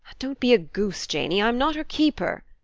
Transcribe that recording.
don't be a goose, janey i'm not her keeper.